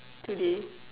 today